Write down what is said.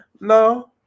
no